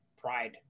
Pride